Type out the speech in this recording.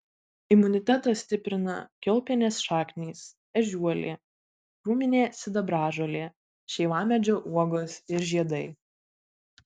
imunitetą stiprina kiaulpienės šaknys ežiuolė krūminė sidabražolė šeivamedžio uogos ir žiedai